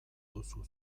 duzu